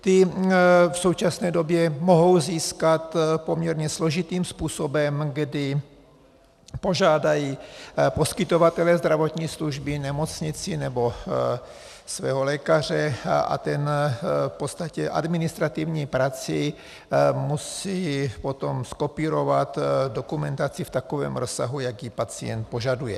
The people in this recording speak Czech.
Ty v současné době mohou získat poměrně složitým způsobem, kdy požádají poskytovatele zdravotní služby, nemocnici nebo svého lékaře, a ten v podstatě administrativní prací musí potom zkopírovat dokumentaci v takovém rozsahu, jaký pacient požaduje.